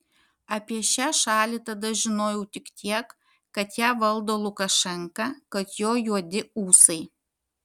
apie šią šalį tada žinojau tik tiek kad ją valdo lukašenka kad jo juodi ūsai